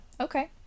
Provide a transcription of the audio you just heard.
Okay